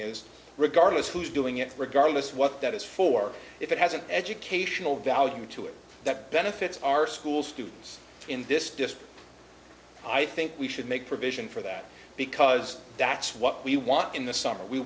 is regardless who's doing it regardless what that is for if it has an educational value to it that benefits our school students in this just i think we should make provision for that because that's what we want in the summer we